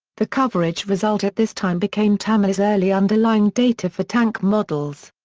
the coverage result at this time became tamiya's early underlying data for tank models.